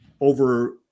over